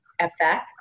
effect